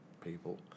people